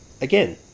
Again